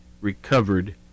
recovered